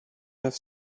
neuf